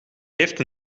heeft